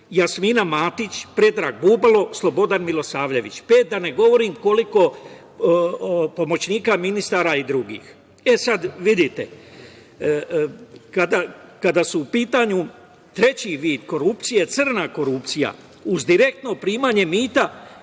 Jasmina Matić, Predrag Bubalo, Slobodan Milosavljević. Pet, da ne govorim koliko pomoćnika ministara i drugih.E, sada vidite, kada je u pitanju treći vid korupcije, crna korupcija - uz direktno primanje mita